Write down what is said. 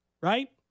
right